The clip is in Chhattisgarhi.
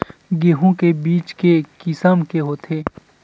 गेहूं के बीज के किसम के होथे?